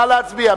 נא להצביע.